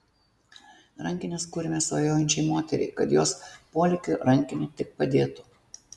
rankines kūrėme svajojančiai moteriai kad jos polėkiui rankinė tik padėtų